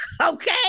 okay